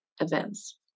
events